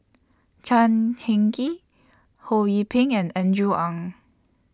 Chan Heng Chee Ho Yee Ping and Andrew Ang